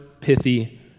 pithy